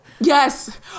Yes